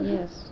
Yes